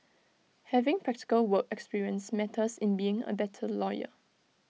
having practical work experience matters in being A better lawyer